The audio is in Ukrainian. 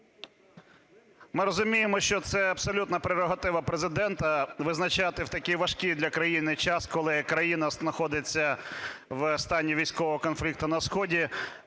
Ми розуміємо, що це абсолютна прерогатива Президента визначати в такий важкий для країни час, коли країна знаходиться в стані військового конфлікту на сході,